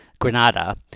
Granada